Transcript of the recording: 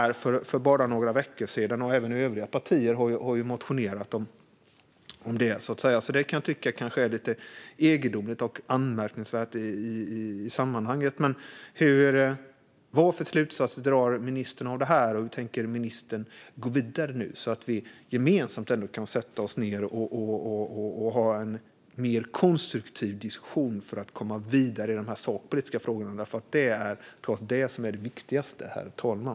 Även övriga partier har motionerat om det. Det kan jag alltså tycka är lite egendomligt och anmärkningsvärt i sammanhanget. Vilka slutsatser drar ministern av detta, och hur tänker ministern gå vidare så att vi gemensamt kan sätta oss ned och ha en mer konstruktiv diskussion för att komma vidare i de sakpolitiska frågorna? Det är nämligen det som är det viktigaste, herr talman.